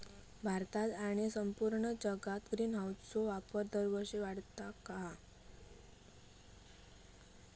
भारतात आणि संपूर्ण जगात ग्रीनहाऊसचो वापर दरवर्षी वाढता हा